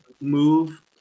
move